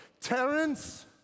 Terence